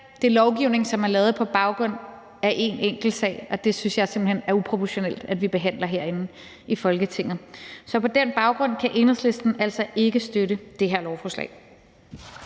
til lovgivning, som er lavet på baggrund af en enkelt sag, og det synes jeg simpelt hen er uproportionalt at vi behandler herinde i Folketinget. Så på den baggrund kan Enhedslisten altså ikke støtte det her lovforslag.